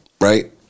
right